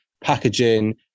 packaging